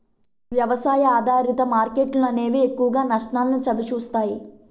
వ్యవసాయ ఆధారిత మార్కెట్లు అనేవి ఎక్కువగా నష్టాల్ని చవిచూస్తాయి